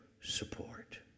support